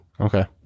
okay